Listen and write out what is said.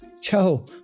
Joe